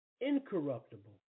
incorruptible